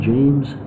James